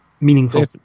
meaningful